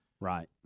right